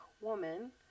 woman